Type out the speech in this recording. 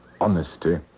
Honesty